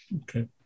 Okay